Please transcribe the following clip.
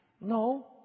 No